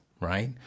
right